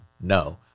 No